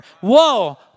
Whoa